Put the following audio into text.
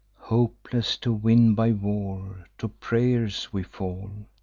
hopeless to win by war, to pray'rs we fall,